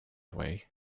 way